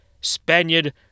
Spaniard